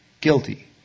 guilty